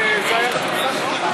מאה אחוז.